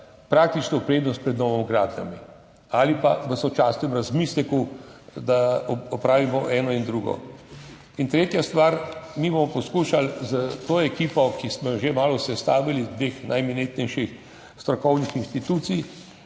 fonda prednost pred novogradnjami ali pa v sočasnem razmisleku, da opravimo eno in drugo. Tretja stvar, mi bomo poskušali s to ekipo, ki smo jo že malo sestavili iz dveh najimenitnejših strokovnih institucij,